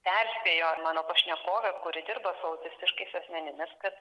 perspėjo ir mano pašnekovė kuri dirba autistiškais asmenimis kad